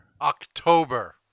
october